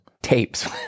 tapes